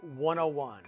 101